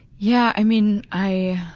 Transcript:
yeah, i mean, i